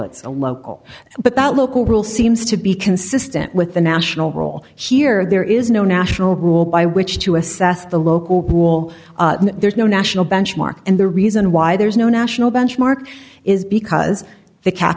it's a local but that local rule seems to be consistent with the national role here there is no national rule by which to assess the local pool there's no national benchmark and the reason why there's no national benchmark is because the